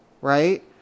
right